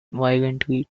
violently